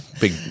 big